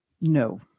No